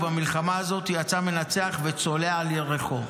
ובמלחמה הזאת יצא מנצח וצולע על ירכו.